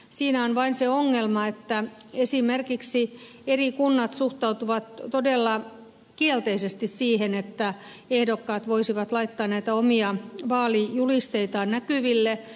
siinä on vain se ongelma että esimerkiksi eri kunnat suhtautuvat todella kielteisesti siihen että ehdokkaat voisivat laittaa omia vaalijulisteitaan näkyville